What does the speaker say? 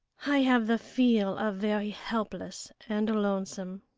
i have the feel of very helpless and lonesome.